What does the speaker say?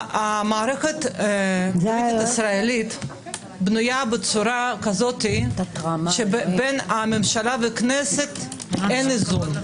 המערכת הישראלית שבין בנויה כך שבין הממשלה והכנסת אין איזון.